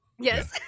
Yes